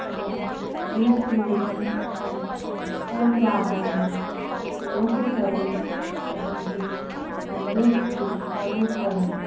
हुन यूट्यूब ऐं इंस्टाग्राम जो उपयोगु करे पंहिंजे धंधे खे खड़ो कयई